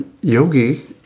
Yogi